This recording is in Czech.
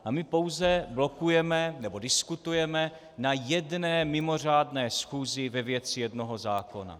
A my pouze blokujeme, nebo diskutujeme na jedné mimořádné schůzi ve věci jednoho zákona.